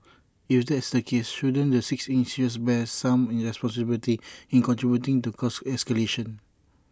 if that's the case shouldn't the six insurers bear some responsibility in contributing to cost escalation